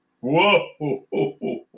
Whoa